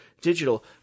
digital